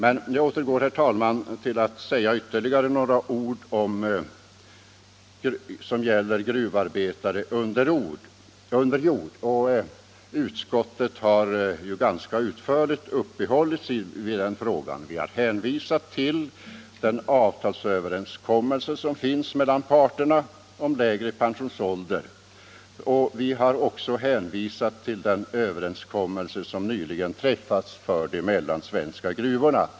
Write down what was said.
Men, herr talman, jag återgår till att säga ytterligare några ord om gruvarbetare under jord. Utskottet har ganska utförligt uppehållit sig vid den frågan. Vi har hänvisat till den avtalsöverenskommelse som finns mellan parterna om lägre pensionsålder för gruvarbetare under jord samt till den överenskommelse som nyligen träffats för de mellansvenska gruvorna.